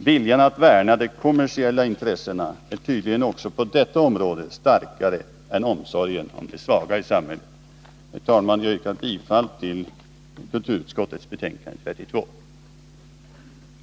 Viljan att värna de kommersiella intressena är tydligen också på detta område starkare än viljan att visa omsorg om de svaga i samhället. Herr talman! Jag yrkar bifall till kulturutskottets hemställan i betänkande XR;